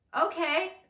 Okay